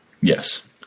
Yes